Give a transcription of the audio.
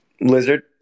Lizard